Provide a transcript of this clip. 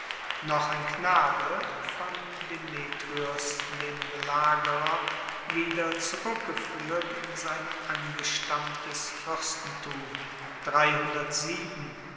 noch ein knabe von demetrios dem belagerer wieder zurueckgefuehrt in sein angestammtes fuerstentum